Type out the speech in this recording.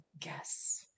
Guess